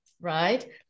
right